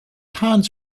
hands